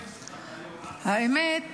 האמת,